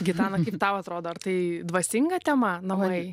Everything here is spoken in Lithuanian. gitana kaip tau atrodo ar ar tai dvasinga tema namai